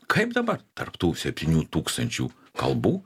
kaip dabar tarp tų septynių tūkstančių kalbų